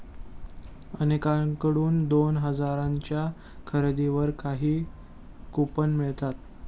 अनेकांकडून दोन हजारांच्या खरेदीवर काही कूपन मिळतात